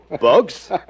Bugs